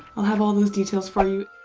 i'll have all those details for you